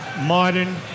modern